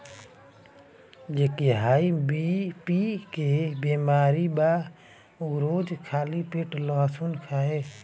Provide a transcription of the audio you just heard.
जेके high BP के बेमारी बा उ रोज खाली पेटे लहसुन खाए